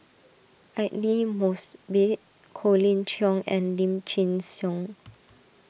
Aidli Mosbit Colin Cheong and Lim Chin Siong